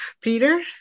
Peter